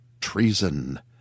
Treason